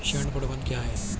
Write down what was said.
ऋण प्रबंधन क्या है?